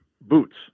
Boots